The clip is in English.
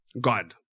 God